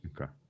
Okay